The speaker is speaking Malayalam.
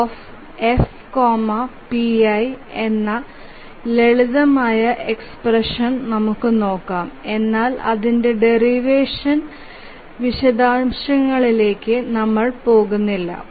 GCDFPi എന്ന ലളിതമായ എക്സ്പ്രെഷൻന് നമുക്ക് നോകാം എന്നാൽ അതിന്ടെ ടെറിവേഷൻDerivation വിശദാംശങ്ങളിലേക്ക് നമ്മൾ പോകുന്നില്ല